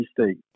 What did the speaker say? State